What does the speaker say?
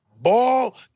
ball